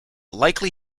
likely